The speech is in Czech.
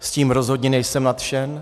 Tím rozhodně nejsem nadšen.